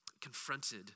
confronted